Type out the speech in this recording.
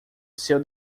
seu